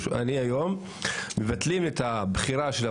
אני היום מבטלים את הבחירה של הפרטי.